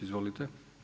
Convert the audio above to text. Izvolite.